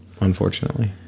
Unfortunately